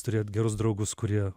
turėt gerus draugus kurie